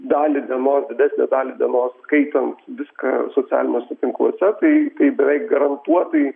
dalį dienos didesnę dalį dienos skaitant viską socialiniuose tinkluose tai tai beveik garantuotai